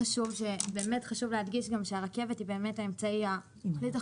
ולצד זה גם חשוב להדגיש שהרכבת היא כלי התחבורה